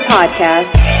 Podcast